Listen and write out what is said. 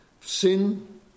sin